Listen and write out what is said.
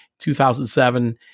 2007